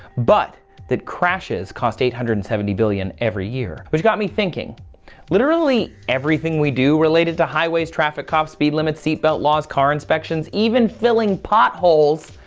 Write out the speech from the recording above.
but that crashes cost eight hundred and seventy billion every year, which got me thinking literally everything we do related to highways, traffic, cop speed limit, seatbelt laws, car inspections, even filling potholes,